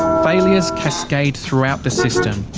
failures cascade throughout the system.